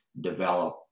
develop